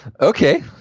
Okay